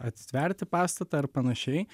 atitiverti pastatą ar panašiai